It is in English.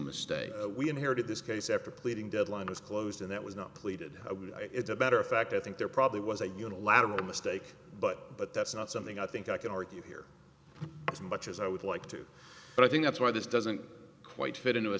mistake we inherited this case after pleading deadline was closed and that was not pleaded it's a better fact i think there probably was a unilateral mistake but that's not something i think i can argue here as much as i would like to but i think that's why this doesn't quite fit into a